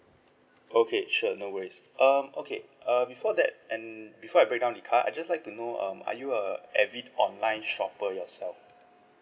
okay sure no worries um okay uh before that and before I breakdown the card I just like to know um are you a online shopper yourself